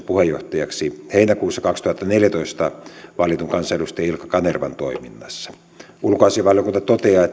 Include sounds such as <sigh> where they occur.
<unintelligible> puheenjohtajaksi heinäkuussa kaksituhattaneljätoista valitun kansanedustaja ilkka kanervan toiminnassa ulkoasiainvaliokunta toteaa että